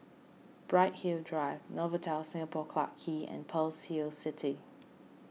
Bright Hill Drive Novotel Singapore Clarke Quay and Pearl's Hill City